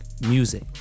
music